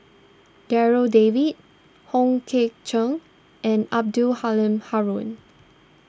Darryl David Hong Ke Chern and Abdul Halim Haron